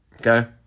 Okay